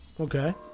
okay